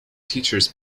teachers